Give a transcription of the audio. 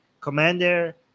commander